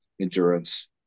endurance